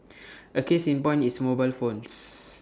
A case in point is mobile phones